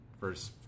first